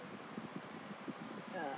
ya